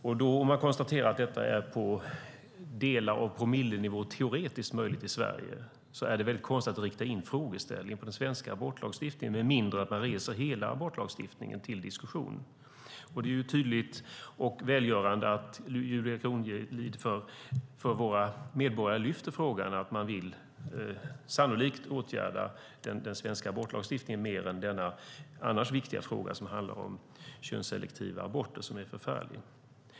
Om man konstaterar att detta på delar av promillenivå är teoretiskt möjligt i Sverige är det väldigt konstigt att rikta in frågeställningen på den svenska abortlagstiftningen med mindre än att man reser hela abortlagstiftningen till diskussion. Det är tydligt och välgörande att Julia Kronlid för våra medborgare lyfter fram frågan att man sannolikt vill åtgärda den svenska abortlagstiftningen i mer än denna annars viktiga fråga om könsselektiva aborter, som är förfärlig.